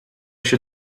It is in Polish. się